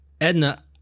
Edna